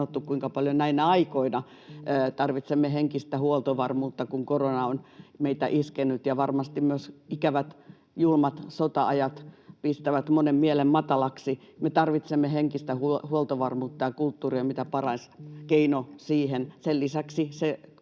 kuinka paljon näinä aikoina tarvitsemme henkistä huoltovarmuutta, kun korona on meitä iskenyt ja varmasti myös ikävät, julmat sota-ajat pistävät monen mielen matalaksi. Me tarvitsemme henkistä huoltovarmuutta, ja kulttuuri on mitä paras keino siihen.